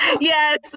Yes